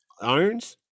Irons